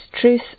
truth